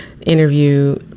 interview